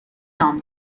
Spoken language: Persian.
نام